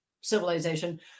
civilization